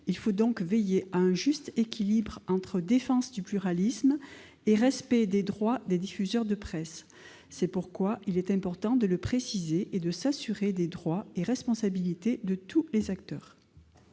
Il faut donc veiller à un juste équilibre entre défense du pluralisme et respect des droits des diffuseurs de presse. C'est pourquoi il est important de le préciser et de s'assurer des droits et responsabilités de tous les acteurs.